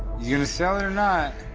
you gonna sell it or not?